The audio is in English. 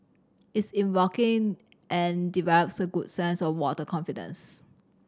it is and develops a good sense of water confidence